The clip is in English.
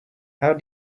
how